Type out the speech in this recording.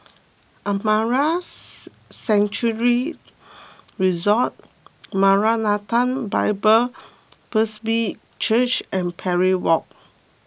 Amara Sanctuary Resort Maranatha Bible Presby Church and Parry Walk